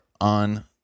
on